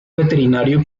veterinario